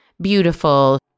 beautiful